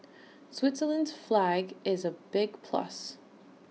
Switzerland's flag is A big plus